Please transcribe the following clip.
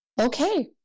okay